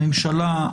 הממשלה,